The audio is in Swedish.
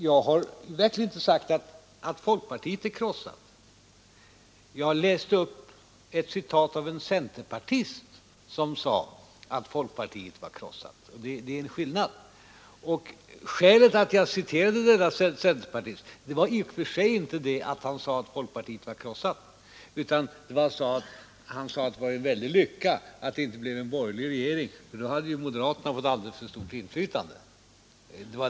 Jag har verkligen inte, herr Helén, sagt att folkpartiet är krossat. Jag läste upp ett citat av en centerpartist som sade att folkpartiet var krossat. Det är skillnad. Skälet till att jag citerade denne centerpartist var inte att han sade att folkpartiet var krossat utan att han sade att det var en stor lycka att det inte blev en borgerlig regering, för då hade moderaterna fått alldeles för stort inflytande.